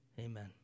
Amen